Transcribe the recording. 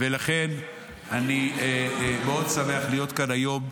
ולכן אני מאוד שמח להיות כאן היום,